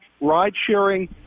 ride-sharing